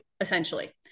essentially